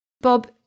Bob